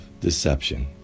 deception